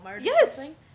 yes